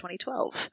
2012